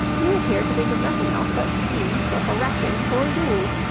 you appear to think of nothing else but schemes for harassing poor jules.